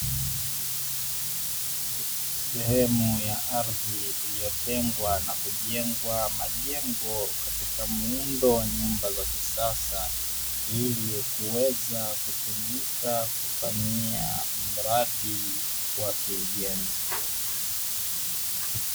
Sehemu ya ardhi iliyotengwa na kujengwa majengo katika muundo wa nyumba za kisasa ili ikuweza kutumika kufanyia mradi wa kiujenzi.